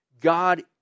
God